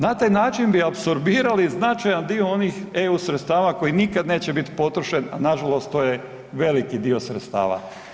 Na taj način bi apsorbirali značajan dio onih EU sredstava koji nikad neće biti potrošen, a nažalost to je veliki dio sredstava.